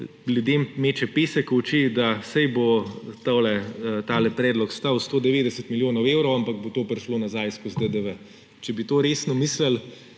ljudem meče pesek v oči, da saj bo ta predlog stal 190 milijonov evrov, ampak bo to prišlo nazaj skozi DDV. Če bi to resno mislili,